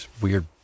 weird